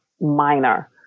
minor